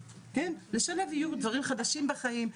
לשלו יהיו דברים חדשים בחיים,